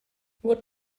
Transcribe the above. what